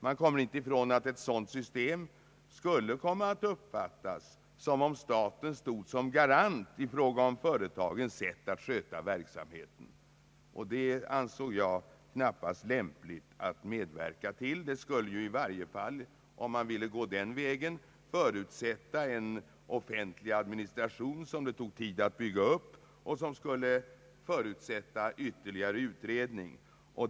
Man kan inte bortse ifrån att ett sådant system skulle kunna uppfattas som om staten stod som garant i fråga om företagens sätt att sköta verksamheten, och det ansåg jag inte lämpligt att medverka till. Om man ville gå den vägen skulle det i varje fall förutsätta en offentlig administration som det skulle ta tid att bygga upp och som skulle kräva ytterligare utredning.